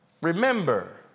remember